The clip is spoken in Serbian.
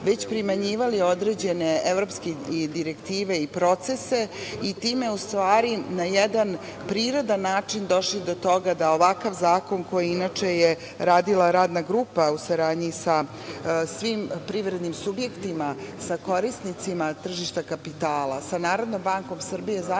već primenjivali određen evropske direktive i procese i time u stvari, na jedan prirodan način došli do toga da ovakav zakon, koji je inače radila radna grupa u saradnji sa svim privrednim subjektima, sa korisnicima tržišta kapitala, sa NBS Komisija izradila